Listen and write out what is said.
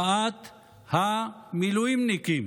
מחאת המילואימניקים,